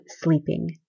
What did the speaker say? sleeping